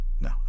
No